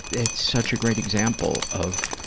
it's such a great example of,